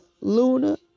Luna